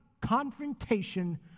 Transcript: Confrontation